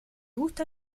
gusta